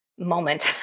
moment